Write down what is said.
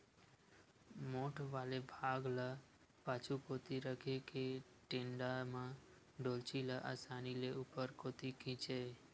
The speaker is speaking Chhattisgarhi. मोठ वाले भाग ल पाछू कोती रखे के टेंड़ा म डोल्ची ल असानी ले ऊपर कोती खिंचय